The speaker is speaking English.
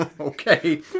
Okay